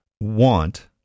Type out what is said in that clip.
want